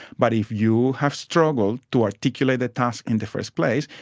but if you have struggled to articulate the task in the first place,